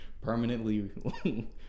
permanently